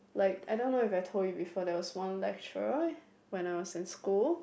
like I don't know if I told you before there was one lecturer when I was in school